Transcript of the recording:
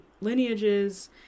lineages